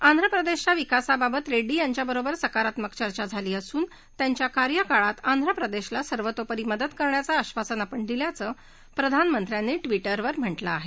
आंध्रप्रदेशच्या विकासाबाबत रेड्डी यांच्याबरोबर सकारात्मक चर्चा झाली असून त्यांच्या कार्यकाळात आंध्र प्रदेशला सर्वतोपरी मदत करण्याचं आशासन आपण दिल्याचं प्रधानमंत्री नरेंद्र मोदी यांनी ि उवर म्हा लि आहे